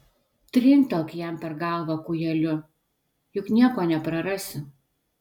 trinktelk jam per galvą kūjeliu juk nieko neprarasi